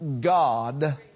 God